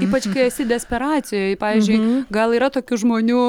ypač kai esi desperacijoj pavyzdžiui gal yra tokių žmonių